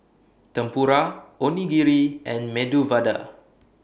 Tempura Onigiri and Medu Vada